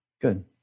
Good